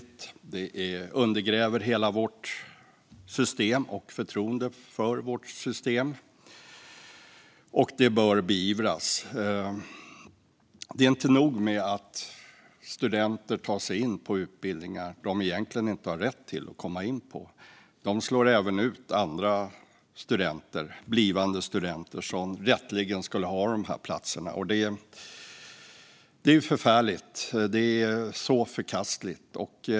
Det undergräver hela vårt system och förtroendet för vårt system. Detta bör beivras. Det är inte nog med att studenter tar sig in på utbildningar som de egentligen inte har rätt att komma in på. De slår även ut andra blivande studenter som rätteligen skulle ha dessa platser. Det är förfärligt. Det är förkastligt.